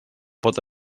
pot